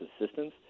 assistance